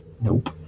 Nope